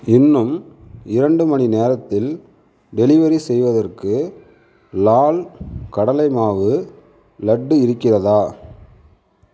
இன்னும் இரண்டு மணி நேரத்தில் டெலிவரி செய்வதற்கு லால் கடலைமாவு லட்டு இருக்கிறதா